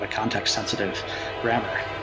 ah context sensitive parameter.